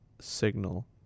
signal